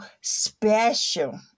special